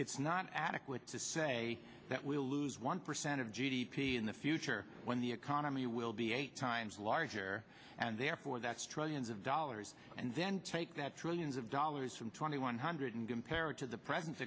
it's not adequate to say that we'll lose one percent of g d p in the future when the economy will be eight times larger and therefore that's trillions of dollars and then take that trillions of dollars from twenty one hundred and compare it to the president